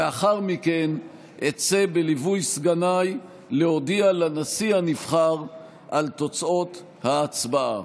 לאחר מכן אצא בליווי סגניי להודיע לנשיא הנבחר על תוצאות ההצבעה.